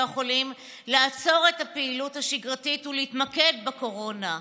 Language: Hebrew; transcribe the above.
החולים לעצור את הפעילות השגרתית ולהתמקד בקורונה.